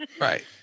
Right